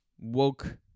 woke